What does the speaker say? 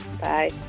Bye